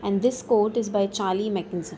and this quote is by Charlie Mackinson